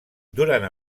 durant